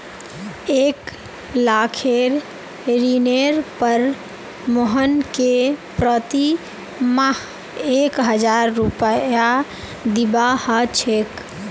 एक लाखेर ऋनेर पर मोहनके प्रति माह एक हजार रुपया दीबा ह छेक